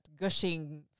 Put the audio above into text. gushing